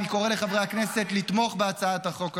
אני קורא לחברי הכנסת לתמוך בהצעת החוק הזאת,